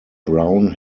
brown